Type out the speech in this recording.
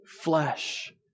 flesh